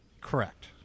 Correct